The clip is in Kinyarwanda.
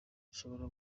rishobora